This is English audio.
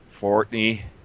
Fortney